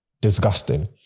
Disgusting